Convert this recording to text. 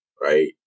right